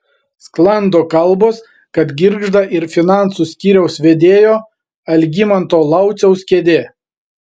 sklando kalbos kad girgžda ir finansų skyriaus vedėjo algimanto lauciaus kėdė